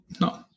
No